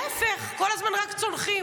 להפך, כל הזמן רק צונחים.